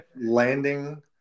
landing